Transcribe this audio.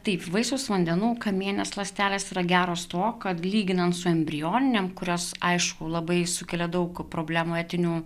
taip vaisiaus vandenų kamieninės ląstelės yra geros tuo kad lyginant su embrioninėm kurios aišku labai sukelia daug problemų etinių